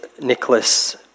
Nicholas